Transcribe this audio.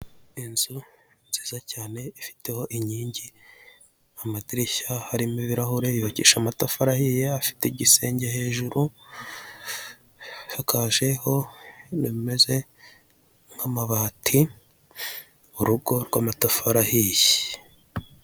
Inzu nziza cyane ifiteho inkingi ,amadirishya harimo ibirahure yubakishije amatafari ahiye afite igisenge hejuru isakajeho ibintu bimeze nk'amabati ,urugo rw'amatafari ahiye.